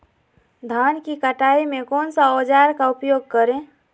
धान की कटाई में कौन सा औजार का उपयोग करे?